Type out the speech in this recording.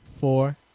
four